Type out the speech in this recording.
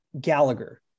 gallagher